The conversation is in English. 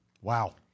Wow